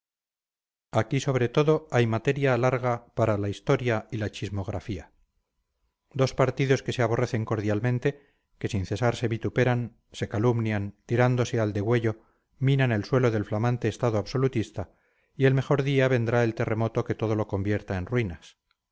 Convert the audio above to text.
aquí sobre todo hay materia larga para la historia y la chismografía dos partidos que se aborrecen cordialmente que sin cesar se vituperan se calumnian tirándose al degüello minan el suelo del flamante estado absolutista y el mejor día vendrá el terremoto que todo lo convierta en ruinas